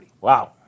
Wow